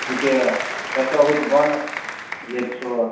ہُتہِ تۄہہِ چھُوا ہُتہِ بۄنہٕ ییٚتہِ سُہ